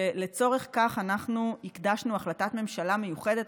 ולצורך זה אנחנו הקדשנו החלטת ממשלה מיוחדת,